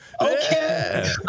Okay